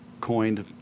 coined